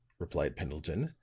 replied pendleton,